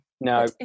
No